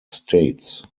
states